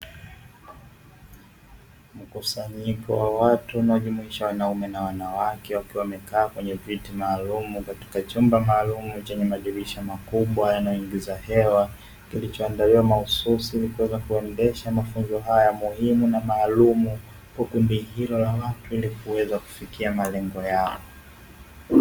Mkusanyiko wa watu unaojumuisha wanaume na wanawake, wakiwa wamekaa kwenye viti maalumu katika chumba maalumu chenye madirisha makubwa yanayoingiza hewa, kilichoandaliwa mahususi ili kuweza kuendesha mafunzo haya muhimu na maalumu, kwa kundi hilo la watu ili kuweza kufikia malengo yao.